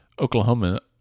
Oklahoma